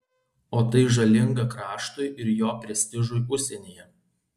o tai žalinga kraštui ir jo prestižui užsienyje